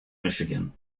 michigan